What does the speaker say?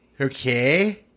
okay